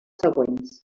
següents